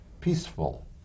peaceful